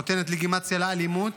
נותנת לגיטימציה לאלימות,